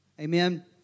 Amen